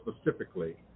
specifically